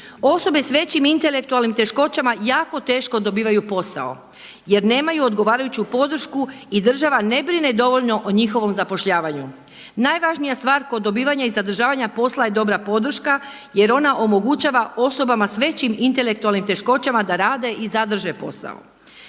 Osobe s većim intelektualnim teškoćama jako teško dobivaju posao jer nemaju odgovarajući podršku i država ne brine dovoljno o njihovom zapošljavanju. Najvažnija stvar kod dobivanja i zadržavanja posla je dobra podrška jer ona omogućava osobama s većim intelektualnim teškoćama da rade i zadrže posao.